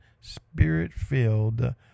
spirit-filled